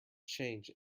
change